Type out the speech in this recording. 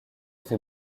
fait